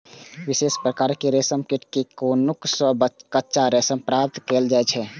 विशेष प्रकारक रेशम कीट के कोकुन सं कच्चा रेशम प्राप्त कैल जाइ छै